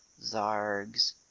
zargs